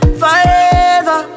forever